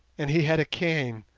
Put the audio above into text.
and he had a cane.